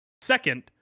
Second